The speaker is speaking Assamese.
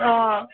অঁ